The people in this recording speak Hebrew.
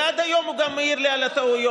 ועד היום הוא גם מעיר לי על הטעויות,